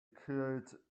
create